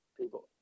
people